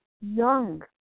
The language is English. young